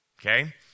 Okay